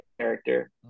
character